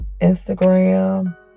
Instagram